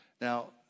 Now